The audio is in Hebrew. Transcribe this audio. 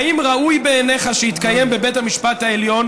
האם ראוי בעיניך שיתקיים בבית המשפט העליון